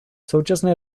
současné